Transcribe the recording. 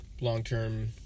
long-term